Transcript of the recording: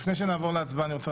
אני חושב